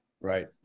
Right